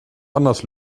anders